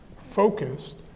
focused